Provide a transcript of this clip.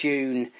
June